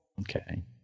Okay